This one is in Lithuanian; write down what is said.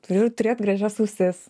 turiu turėt gražias ausis